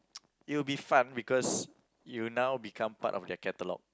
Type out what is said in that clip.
it would be fun because you now become part of their catalogue